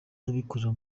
n’abikorera